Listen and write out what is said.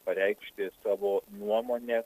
pareikšti savo nuomonę